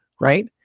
Right